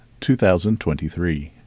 2023